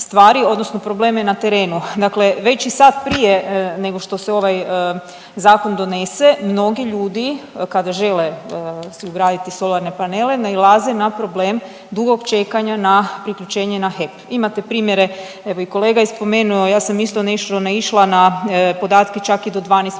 odnosno probleme na terenu. Dakle, već i sad prije nego što se ovaj zakon donese mnogi ljudi kada žele si ugraditi solarne panele nailaze na problem dugog čekanja na priključenje na HEP. Imate primjere, evo i kolega je spomenuo, ja sam isto nešto naišla na podatke čak i do 12